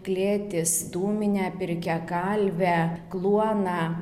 klėtis dūminę pirkią kalvę kluoną